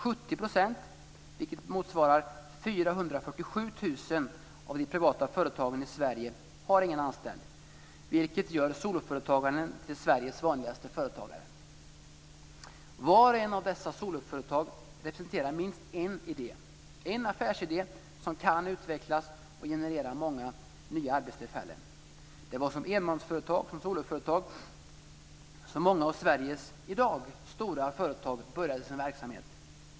70 %, vilket motsvarar 477 000 av de privata företagen i Sverige, har ingen anställd, vilket gör soloföretagaren till Sveriges vanligaste företagare. Var och en av dessa soloföretag representerar minst en idé, en affärsidé som kan utvecklas och generera många nya arbetstillfällen. Det var som soloföretag som många av Sveriges i dag stora företag började sin verksamhet.